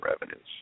revenues